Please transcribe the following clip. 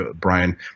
Brian